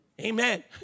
amen